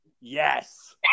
Yes